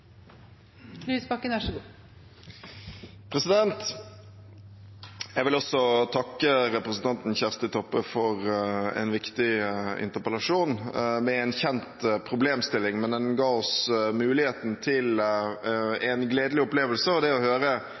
Kjersti Toppe for en viktig interpellasjon. Det er en kjent problemstilling, men den ga oss muligheten til en gledelig opplevelse, og det var å høre